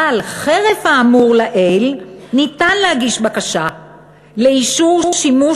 אבל חרף האמור לעיל ניתן להגיש בקשה לאישור שימוש